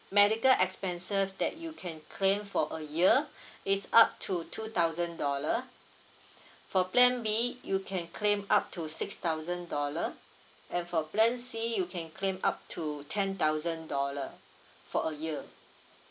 medical expenses that you can claim for a year is up to two thousand dollar for plan B you can claim up to six thousand dollar and for plan C you can claim up to ten thousand dollar for a year